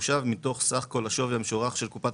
תחושב מתוך סך כל השווי המשוערך של קופת